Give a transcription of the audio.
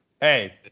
Hey